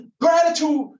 gratitude